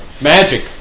Magic